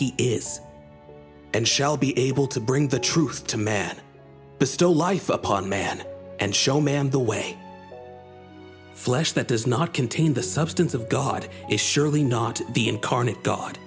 he is and shall be able to bring the truth to man bestow life upon man and show man the way flesh that does not contain the substance of god it is surely not the incarnate god